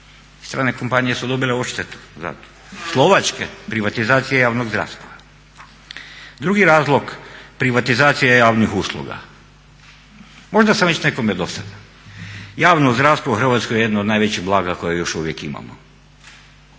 strane kompanije su dobile odštetu za to. Slovačke privatizacije javnog zdravstva. Drugi razlog privatizacija javnih usluga, možda sam već nekome dosadan. Javno zdravstvo u Hrvatskoj je jedno od najvećih blaga koje još uvijek imamo.